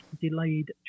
Delayed